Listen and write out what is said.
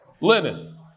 linen